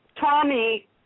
Tommy